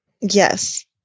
Yes